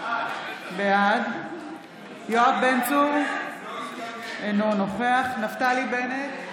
בעד יואב בן צור, אינו נוכח נפתלי בנט,